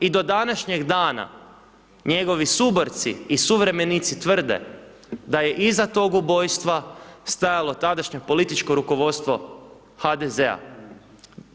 I do današnjeg dana njegovi suborci i suvremenici tvrde da je iza tog ubojstva stajalo tadašnje političko rukovodstvo HDZ-a.